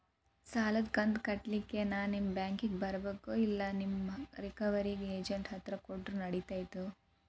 ಸಾಲದು ಕಂತ ಕಟ್ಟಲಿಕ್ಕೆ ನಾನ ಬ್ಯಾಂಕಿಗೆ ಬರಬೇಕೋ, ಇಲ್ಲ ನಿಮ್ಮ ರಿಕವರಿ ಏಜೆಂಟ್ ಹತ್ತಿರ ಕೊಟ್ಟರು ನಡಿತೆತೋ?